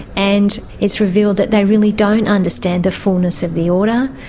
and it's revealed that they really don't understand the fullness of the order,